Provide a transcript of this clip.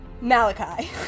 Malachi